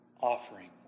offering